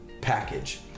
package